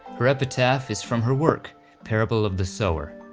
her epitaph is from her work parable of the sower.